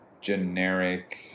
generic